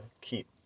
keep